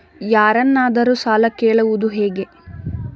ಯಾರನ್ನಾದರೂ ಸಾಲ ಕೇಳುವುದು ಹೇಗೆ?